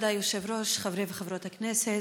כבוד היושב-ראש, חברי וחברות הכנסת,